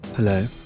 Hello